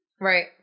Right